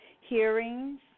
hearings